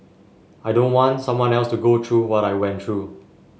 I don't want someone else to go through what I went through